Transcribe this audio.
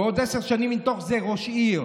ועוד עשר שנים מתוך זה ראש עיר.